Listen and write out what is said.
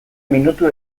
minutu